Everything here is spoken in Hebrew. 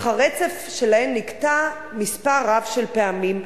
אך הרצף שלהן נקטע מספר רב של פעמים,